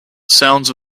sounds